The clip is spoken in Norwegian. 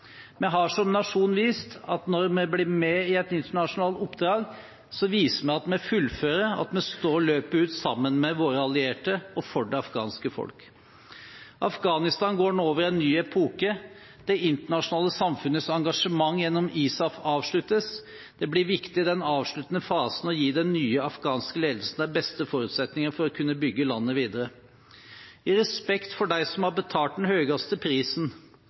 Vi har som nasjon vist at når vi blir med i et internasjonalt oppdrag, så viser vi at vi fullfører, at vi står løpet ut sammen med våre allierte og for det afghanske folk. Afghanistan går nå over i en ny epoke. Det internasjonale samfunnets engasjement gjennom ISAF avsluttes, og det blir viktig i den avsluttende fasen å gi den nye afghanske ledelsen de beste forutsetninger for å kunne bygge landet videre. I respekt for dem som har betalt den høyeste prisen,